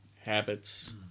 habits